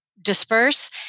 disperse